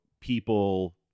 people